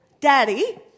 Daddy